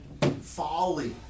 Folly